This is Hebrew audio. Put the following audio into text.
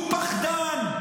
הוא פחדן.